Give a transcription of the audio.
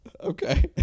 Okay